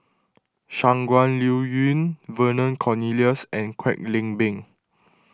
Shangguan Liuyun Vernon Cornelius and Kwek Leng Beng